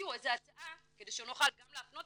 ותציעו איזו הצעה כדי שנוכל גם להפנות